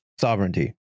sovereignty